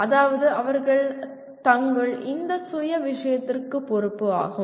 அதாவது அவர்கள் தங்கள் இந்த சுய விஷயத்திற்கு பொறுப்பு ஆகும்